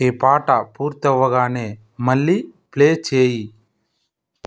ఈ పాట పూర్తవ్వగానే మళ్ళీ ప్లే చేయి